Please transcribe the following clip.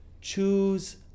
choose